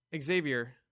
Xavier